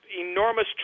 enormous